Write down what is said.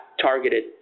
targeted